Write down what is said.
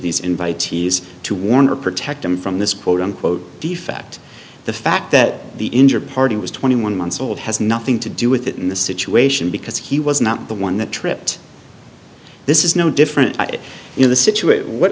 these invitees to warn or protect him from this quote unquote defect the fact that the injured party was twenty one months old has nothing to do with it in the situation because he was not the one that tripped this is no different in the situation what